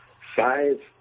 Five